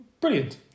brilliant